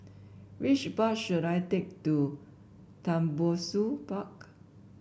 which bus should I take to Tembusu Park